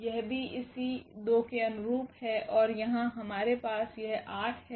यह भी इसी 2 के अनुरूप है और यहाँ हमारे पास यह 8 है